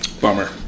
Bummer